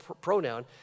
pronoun